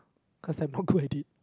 cause I'm not good at it